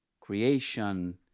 creation